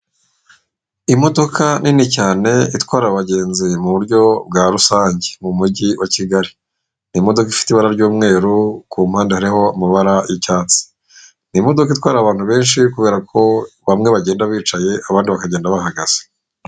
Imodoka nini cyane itwara abagenzi mu buryo bwa rusange mu mujyi wa Kigali. Ni imodokadoka ifite ibara ry'umweru ku mpande hariho amabara y'icyatsi. Ni imodoka itwara abantu benshi kubera ko bamwe bagenda bicaye abandi bakagenda bahagaze.